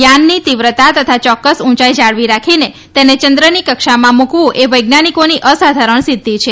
યાનની તીવ્રતા તથા ચોક્કસ ઊંચાઇ જાળવી રાખીને તેને ચંદ્રની કક્ષામાં મૂકવું એ વૈજ્ઞાનીકોની અસાધારણ સિધ્ધી છે